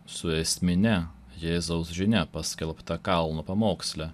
su esmine jėzaus žinia paskelbta kalno pamoksle